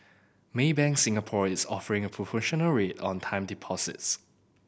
Maybank Singapore is offering a promotional rate on time deposits